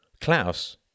Klaus